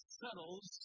settles